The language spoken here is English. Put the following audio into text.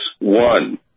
one